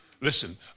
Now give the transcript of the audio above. Listen